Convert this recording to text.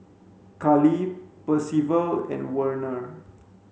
Cali Percival and Werner